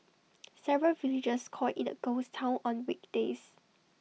several villagers call IT A ghost Town on weekdays